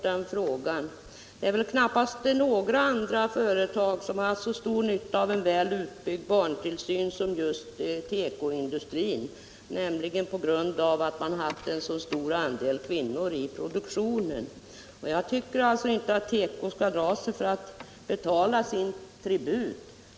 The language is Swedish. Det är väl knappast några företag som har haft så stor nytta av en bra utbyggd barntillsyn som just tekoindustrin, eftersom denna har haft så stor andel kvinnor i produktionen. Jag tycker inte att tekoindustrin skall dra sig för att betala sin tribut.